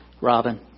Robin